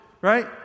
right